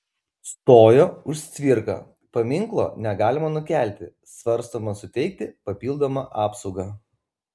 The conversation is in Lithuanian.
stojo už cvirką paminklo negalima nukelti svarstoma suteikti papildomą apsaugą